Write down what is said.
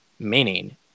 meaning